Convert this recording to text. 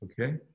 Okay